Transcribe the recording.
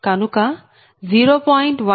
కనుక 0